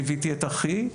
ליוויתי את אחי,